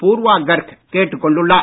பூர்வா கர்க் கேட்டுக் கொண்டுள்ளார்